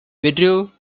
withdrew